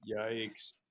Yikes